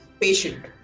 patient